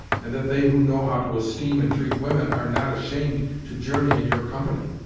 and that they who know how to esteem and treat women are not ashamed to journey in your company.